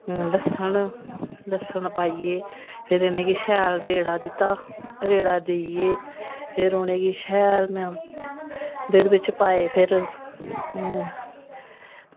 लस्सन लस्सन पाइयै फिर इनेंगी शैल रेड़ा दित्ता रेड़ा देइयै फिर उनेंगी शैल में एह्दे बिच पाए फिर